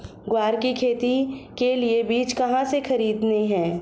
ग्वार की खेती के लिए बीज कहाँ से खरीदने हैं?